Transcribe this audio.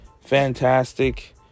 fantastic